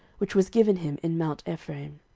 which was given him in mount ephraim.